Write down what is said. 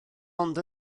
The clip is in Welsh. ond